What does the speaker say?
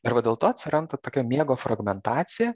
ir va dėl to atsiranda tokia miego fragmentacija